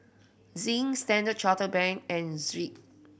Zinc Standard Chartered Bank and Schick